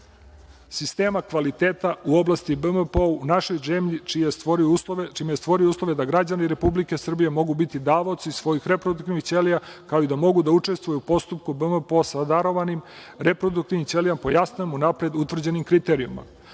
sistema kvaliteta u oblasti BMPO u našoj zemlji, čime je stvorio uslove da građani Republike Srbije mogu biti davaoci svojih reproduktivnih ćelija, kao i da mogu da učestvuju u postupku BMPO sa darovanim reproduktivnim ćelijama po jasno unapred utvrđenim kriterijumima. Važno